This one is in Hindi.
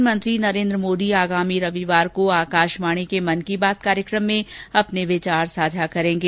प्रधानमंत्री नरेन्द्र मोदी आगामी रविवार को आकाशवाणी के मन की बात कार्यक्रम में अपने विचार साझा करेंगे